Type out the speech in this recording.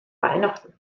weihnachten